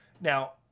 Now